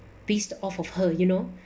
pissed off of her you know